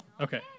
Okay